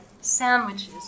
sandwiches